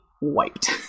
wiped